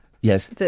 Yes